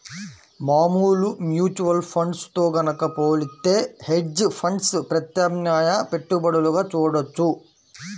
మామూలు mutual funds తో గనక పోలిత్తే హెడ్జ్ ఫండ్స్ ప్రత్యామ్నాయ పెట్టుబడులుగా చూడొచ్చు